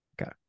Okay